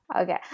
Okay